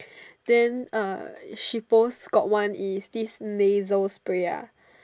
then uh she post got one is this Nasals spray ah